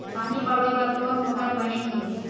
पानी पलोय बर कोन मोटर बने हे?